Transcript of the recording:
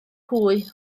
hwy